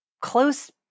close